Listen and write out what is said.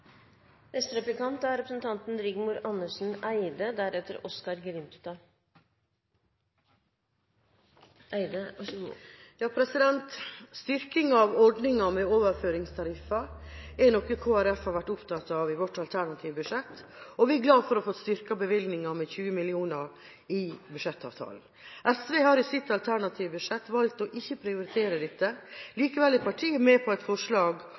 av ordninga med overføringstariffer er noe Kristelig Folkeparti har vært opptatt av i sitt alternative budsjett, og vi er glade for å få styrket bevilgningene med 20 mill. kr i budsjettavtalen. SV har i sitt alternative budsjett valgt ikke å prioritere dette. Likevel er partiet med på et forslag